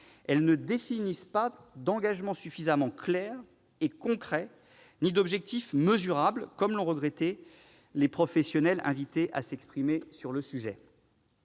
Elles ne définissent pas d'engagement suffisamment clair et concret ni d'objectifs mesurables, comme l'ont regretté les professionnels invités à s'exprimer sur le sujet.